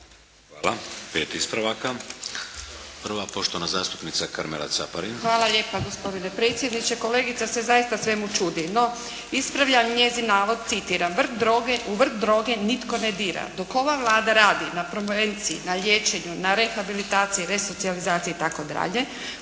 Hvala. Pet ispravaka. Prva, poštovana zastupnica Karmela Caparin. **Caparin, Karmela (HDZ)** Hvala lijepa gospodine predsjedniče. Kolegica se zaista svemu čudi, no ispravljam njezin navod, citiram: "U vrh droge nitko ne dira.". Dok ova Vlada radi na prevenciji, na liječenju, na rehabilitaciji, resocijalizaciji itd.,